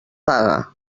paga